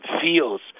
feels